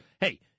Hey